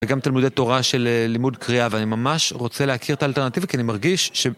וגם תלמידי תורה של לימוד קריאה ואני ממש רוצה להכיר את האלטרנטיבי כי אני מרגיש ש...